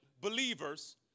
believers